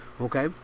Okay